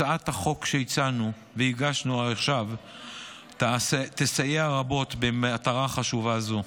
הצעת החוק שהצענו והגשנו עכשיו תסייע רבות במטרה חשובה זו.